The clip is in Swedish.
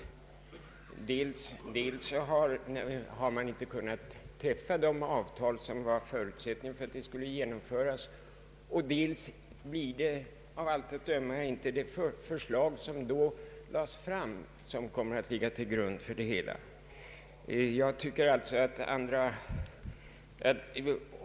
Dels har man inte kunnat träffa det avtal som var en förutsättning för ikraftträdandet, dels blir det av allt att döma inte det förslag som då lades fram som läggs till grund för det system som kommer att tillämpas.